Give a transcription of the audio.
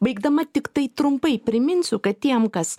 baigdama tiktai trumpai priminsiu kad tiem kas